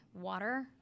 water